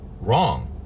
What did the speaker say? wrong